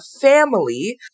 family